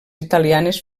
italianes